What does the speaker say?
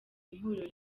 ihuriro